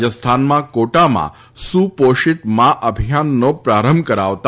રાજસ્થાનના કોટામાં સુપોષિત મા અભિયાનનો પ્રારંભ કરાવતા